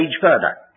further